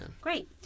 Great